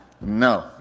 No